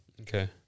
Okay